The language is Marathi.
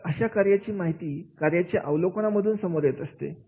तर अशा कार्याची माहिती कार्याच्या अवलोकान मधून समोर येत असते